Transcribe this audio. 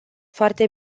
foarte